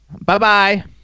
Bye-bye